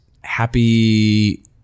happy